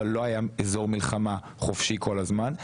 אבל לא היה אזור מלחמה חופשי כל הזמן,